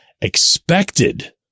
expected